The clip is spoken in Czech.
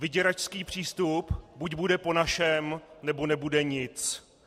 Vyděračský přístup: buď bude po našem, nebo nebude nic.